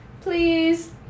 Please